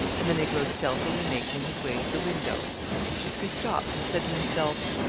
and the negro stealthily making his way to the window he stopped and said to himself,